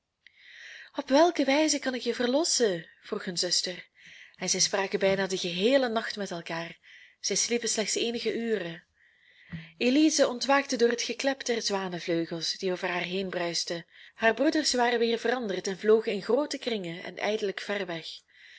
op welke wijze kan ik je verlossen vroeg hun zuster en zij spraken bijna den geheelen nacht met elkaar zij sliepen slechts eenige uren elize ontwaakte door het geklep der zwanevleugels die over haar heen bruisten haar broeders waren weer veranderd en vlogen in groote kringen en eindelijk ver weg